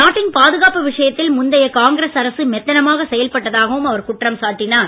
நாட்டின் பாதுகாப்பு விஷயத்தில் முந்தைய காங்கிரஸ் அரசு மெத்தனமாக செயல்பட்டதாகவும் அவர் குற்றம் சாட்டினார்